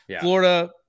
Florida